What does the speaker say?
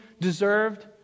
deserved